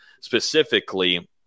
specifically